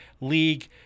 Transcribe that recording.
league